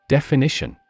Definition